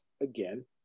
again